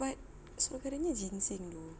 but so currently ginseng though